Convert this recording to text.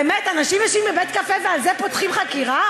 באמת, אנשים יושבים בבית-קפה ועל זה פותחים חקירה?